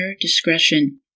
discretion